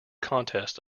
contests